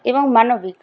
এবং মানবিক